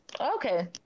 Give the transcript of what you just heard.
Okay